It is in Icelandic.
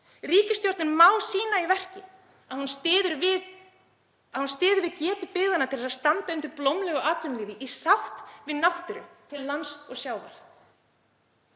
Ríkisstjórnin má sýna í verki að hún styður við getu byggðanna til að standa undir blómlegu atvinnulífi í sátt við náttúru til lands og sjávar.